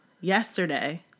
yesterday